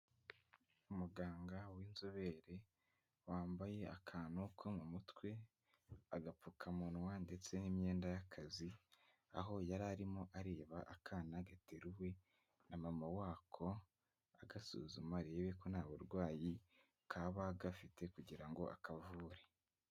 Umuganga w'inzobere wambaye akantu ko mu mutwe, agapfukamunwa ndetse n'imyenda y'akazi. Aho yari arimo areba akana gateruwe na mama wako, agasuzuma arebe ko nta burwayi kaba gafite kugira ngo akavure.